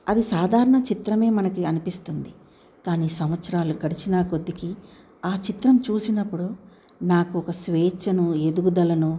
అది సాధారణ చిత్రం మనకు అనిపిస్తుంది కానీ సంవత్సరాలు గడిచినా కొద్ధి ఆ చిత్రం చూసినప్పుడు నాకు ఒక స్వేచ్ఛను ఎదుగుదలను